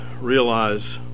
realize